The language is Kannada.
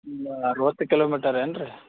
ಒಂದು ಅರ್ವತ್ತು ಕಿಲೋಮೀಟರ್ ಏನ್ರೀ